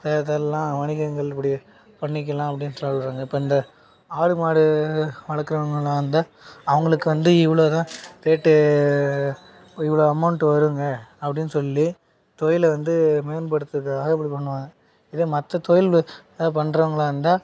எது எதெல்லாம் வணிகங்கள் உடைய பண்ணிக்கலாம் அப்படின்னு சொல்கிறாங்க இப்போ இந்த ஆடு மாடு வளர்க்குறவங்களா இருந்தால் அவங்களுக்கு வந்து இவ்வளோதான் ரேட்டு இவ்வளோ அமௌண்ட் வருங்க அப்டின்னு சொல்லி தொழில வந்து மேம்படுத்துகிறதுக்காக இப்படி பண்ணுவாங்கள் இதே மற்ற தொழில் பண்ணுறவங்களா இருந்தால்